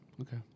Okay